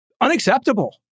Unacceptable